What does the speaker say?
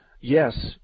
Yes